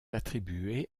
attribué